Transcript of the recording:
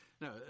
No